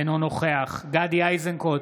אינו נוכח גדי איזנקוט,